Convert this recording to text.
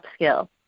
upskill